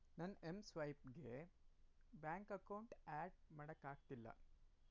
ನನ್ನ ಎಂ ಸ್ವೈಪ್ಗೆ bank account add ಮಾಡೋಕ್ಕಾಗ್ತಿಲ್ಲ